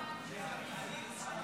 אני מכירה את השיטות